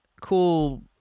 cool